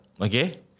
Okay